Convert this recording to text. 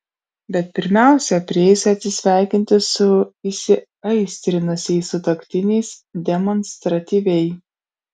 bet pirmiausia prieisiu atsisveikinti su įsiaistrinusiais sutuoktiniais demonstratyviai